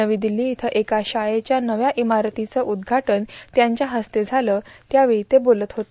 नवी दिल्ली इथं एका शाळेच्या नव्या इमारतीचं उद्घाटन त्यांच्या हस्ते झालं त्यावेळी ते बोलत होते